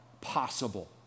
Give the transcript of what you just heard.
possible